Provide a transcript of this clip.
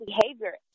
behavior